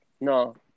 No